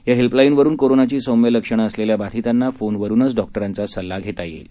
या हेल्पलाईनवरून कोरोनाची सौम्य लक्षणं असलेल्या बाधितांना फोनरूनच डॉक्टरांचा सल्ला घेता येईल